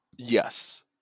Yes